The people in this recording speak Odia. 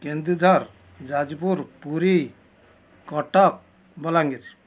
କେନ୍ଦୁଝର ଯାଜପୁର ପୁରୀ କଟକ ବଲାଙ୍ଗୀର